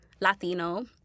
Latino